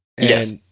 Yes